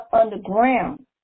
underground